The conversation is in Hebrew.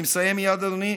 אני מסיים מייד, אדוני.